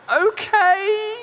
Okay